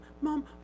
Mom